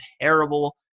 terrible